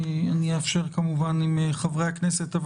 אאפשר כמובן לחברי הכנסת להתייחס,